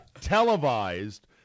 televised